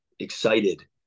excited